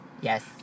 Yes